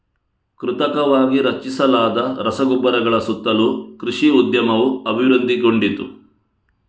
ಕೃತಕವಾಗಿ ರಚಿಸಲಾದ ರಸಗೊಬ್ಬರಗಳ ಸುತ್ತಲೂ ಕೃಷಿ ಉದ್ಯಮವು ಅಭಿವೃದ್ಧಿಗೊಂಡಿತು